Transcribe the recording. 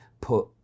put